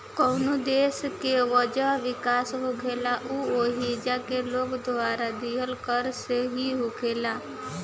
कवनो देश के वजह विकास होखेला उ ओइजा के लोग द्वारा दीहल कर से ही होखेला